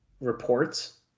reports